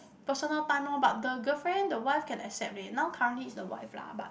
personal time lor but the girlfriend the wife can accept leh now currently is the wife lah but